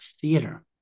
theater